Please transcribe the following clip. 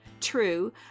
True